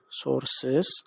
sources